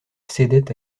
cédait